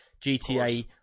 GTA